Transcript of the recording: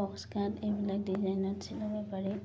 box cut এইবিলাক ডিজাইনত চিলাব পাৰি